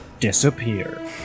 Disappear